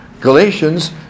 Galatians